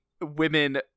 women